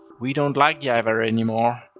we don't like java anymore.